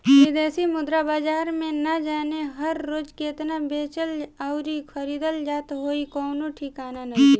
बिदेशी मुद्रा बाजार में ना जाने हर रोज़ केतना बेचल अउरी खरीदल जात होइ कवनो ठिकाना नइखे